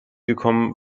gekommen